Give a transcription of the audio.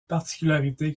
particularité